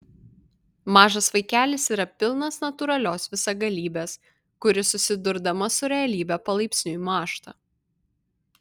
mažas vaikelis yra pilnas natūralios visagalybės kuri susidurdama su realybe palaipsniui mąžta